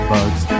Bugs